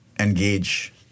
engage